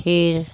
फिर